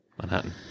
Manhattan